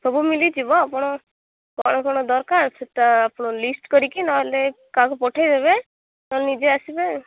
ସବୁ ମିଳିଯିବ ଆପଣ କ'ଣ କ'ଣ ଦରକାର ସେଇଟା ଆପଣ ଲିଷ୍ଟ କରିକି ନହେଲେ କାହାକୁ ପଠାଇ ଦେବେ ନହେଲେ ନିଜେ ଆସିବେ